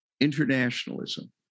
Internationalism